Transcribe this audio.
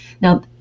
Now